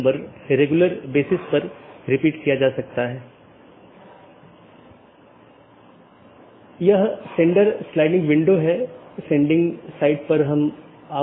अंत में ऐसा करने के लिए आप देखते हैं कि यह केवल बाहरी नहीं है तो यह एक बार जब यह प्रवेश करता है तो यह नेटवर्क के साथ घूमता है और कुछ अन्य राउटरों पर जाता है